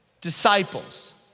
disciples